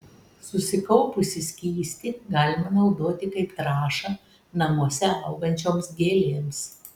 susikaupusį skystį galima naudoti kaip trąšą namuose augančioms gėlėms